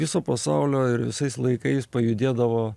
viso pasaulio ir visais laikais pajudėdavo